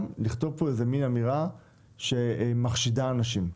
לכתוב פה איזו מן אמירה שמחשידה אנשים.